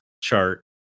chart